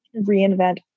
reinvent